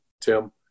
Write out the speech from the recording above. Tim